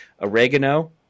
Oregano